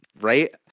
Right